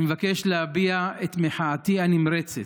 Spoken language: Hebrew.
אני מבקש להביע את מחאתי הנמרצת,